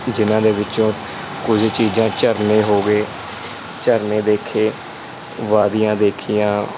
ਜਿਹਨਾਂ ਦੇ ਵਿੱਚੋਂ ਕੁਝ ਚੀਜ਼ਾਂ ਝਰਨੇ ਹੋ ਗਏ ਝਰਨੇ ਦੇਖੇ ਵਾਦੀਆਂ ਦੇਖੀਆਂ